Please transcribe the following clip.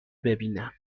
ببینم